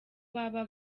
baba